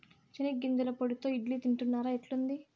చెనిగ్గింజల పొడితో ఇడ్లీ తింటున్నారా, ఎట్లుంది